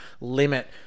limit